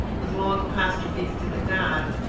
with long apostrophes to the gods,